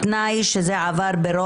נראה לי שענייני הנמושות לא שייך לחברי